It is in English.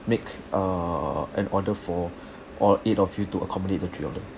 make uh an order for all eight of you to accommodate the three of them